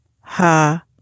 Ha